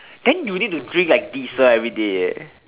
then you need to drink like diesel everyday eh